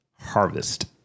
Harvest